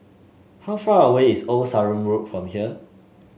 how far away is Old Sarum Road from here